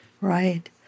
Right